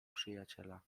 przyjaciela